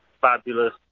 fabulous